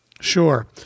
Sure